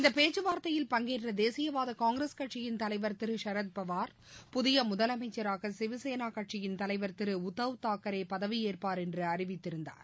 இந்த பேச்சுவார்த்தையில் பங்கேற்ற தேசியவாத காங்கிரஸ் கட்சியின் தலைவர் திரு சரத்பவார் புதிய முதலமைச்சராக சிவசேனா கட்சியின் தலைவர் திரு உத்தவ் தாக்கரே பதவியேற்பார் என்று அழிவித்திருந்தார்